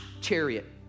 chariot